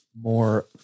more